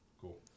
cool